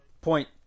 point